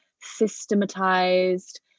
systematized